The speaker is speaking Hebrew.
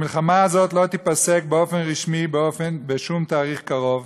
המלחמה הזאת לא תיפסק באופן רשמי בשום תאריך קרוב,